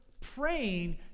praying